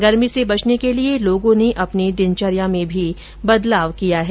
गर्मी से बचने के लिये लोगों ने अपनी दिनचर्या में भी बदलाव किया है